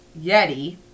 Yeti